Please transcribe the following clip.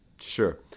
Sure